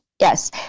Yes